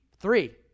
three